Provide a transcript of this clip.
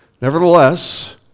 Nevertheless